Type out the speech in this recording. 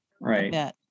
Right